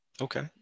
okay